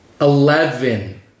Eleven